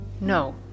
No